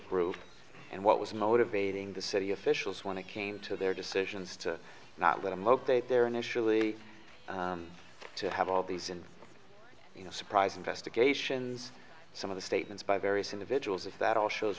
group and what was motivating the city officials want to came to their decisions to not let him open their initially to have all these and you know surprise investigations some of the statements by various individuals is that all shows